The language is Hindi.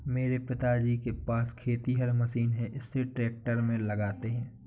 मेरे पिताजी के पास खेतिहर मशीन है इसे ट्रैक्टर में लगाते है